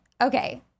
Okay